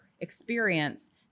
experience